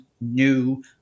new